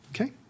okay